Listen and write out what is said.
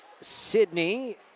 Sydney